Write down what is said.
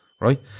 right